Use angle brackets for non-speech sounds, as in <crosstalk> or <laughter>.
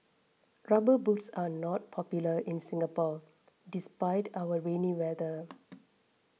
rubber boots are not popular in Singapore despite our rainy weather <noise>